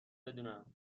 بدونم